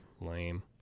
Lame